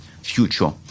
future